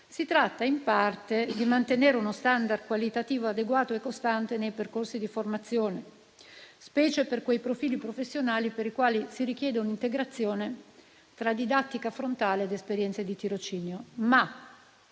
Si tratta in parte di mantenere uno *standard* qualitativo adeguato e costante nei percorsi di formazione, specie per quei profili professionali per i quali si richiede un'integrazione tra didattica frontale ed esperienze di tirocinio.